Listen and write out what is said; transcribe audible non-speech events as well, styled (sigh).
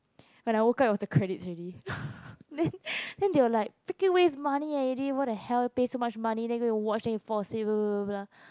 when I woke up it was the credits already (laughs) then then they were like freaking waste money eh already what the hell pay so much money then you go to watch then go to fall asleep bla bla bla bla bla